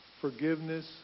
forgiveness